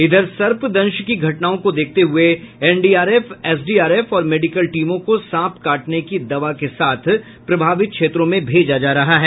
इधर सर्प दंश की घटनाओं को देखते हुये एनडीआरएफ एसडीआरएफ और मेडिकल टीमों को सांप काटने की दवा के साथ प्रभावित क्षेत्रों में भेजा जा रहा है